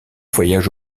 voyage